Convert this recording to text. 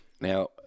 Now